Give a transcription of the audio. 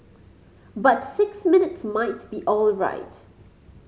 but six minutes might be alright